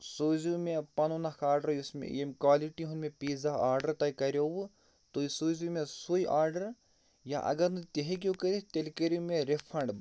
سوٗزِو مےٚ پَنُن اَکھ آرڈَر یُس مےٚ ییٚمہِ کوٛالٹی ہُنٛد مےٚ پیٖزا آرڈَر تۄہہِ کَریووٕ تُہۍ سوٗزِو مےٚ سُے آرڈَر یا اگر نہٕ تہِ ہیٚکِو کٔرِتھ تیٚلہِ کٔرِو مےٚ رِفنٛڈ